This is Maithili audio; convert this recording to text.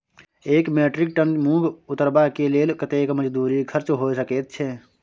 एक मेट्रिक टन मूंग उतरबा के लेल कतेक मजदूरी खर्च होय सकेत छै?